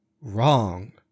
wrong